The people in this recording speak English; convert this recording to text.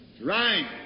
Right